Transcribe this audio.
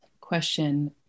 question